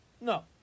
No